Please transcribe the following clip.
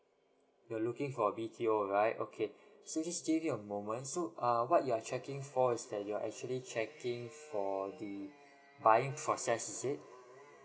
you're looking for a B_T_O right okay since give me a moment so uh what you're checking for is that you're actually checking for the buying process is it